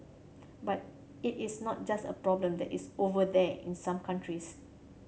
but it is not just a problem that is 'over there' in some countries